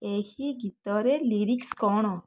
ଏହି ଗୀତର ଲିରିକ୍ସ୍ କ'ଣ